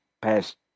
past